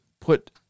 put